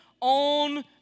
on